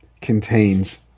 contains